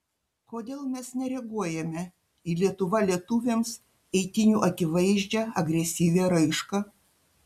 kodėl mes nereaguojame į lietuva lietuviams eitynių akivaizdžią agresyvią raišką